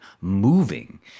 moving